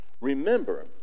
Remember